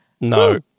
No